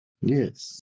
Yes